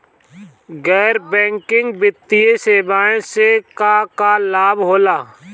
गैर बैंकिंग वित्तीय सेवाएं से का का लाभ होला?